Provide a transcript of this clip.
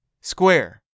Square